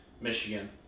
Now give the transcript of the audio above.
Michigan